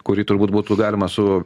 kurį turbūt būtų galima su